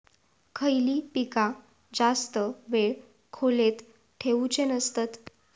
खयली पीका जास्त वेळ खोल्येत ठेवूचे नसतत?